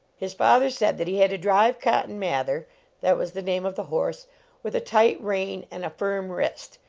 his father said that he had to drive cotton mather that was the name of the horse with a tight rein and a firm wrist,